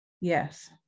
Yes